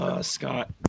Scott